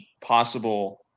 possible